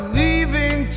leaving